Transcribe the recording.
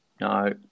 no